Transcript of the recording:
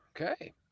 Okay